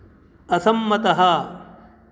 असम्मतः